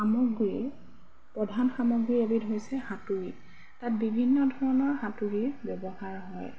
সামগ্ৰীৰ প্ৰধান সামগ্ৰী এবিধ হৈছে হাতুৰী তাত বিভিন্ন ধৰণৰ হাতুৰী ব্যৱহাৰ হয়